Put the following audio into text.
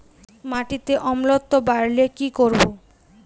মাটিতে অম্লত্ব বাড়লে কি করব?